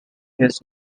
his